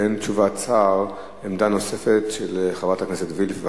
באין תשובת שר, עמדה נוספת של חברת הכנסת וילף.